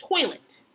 toilet